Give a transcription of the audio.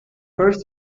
first